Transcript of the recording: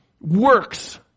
works